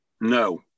No